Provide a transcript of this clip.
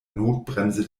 notbremse